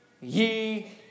ye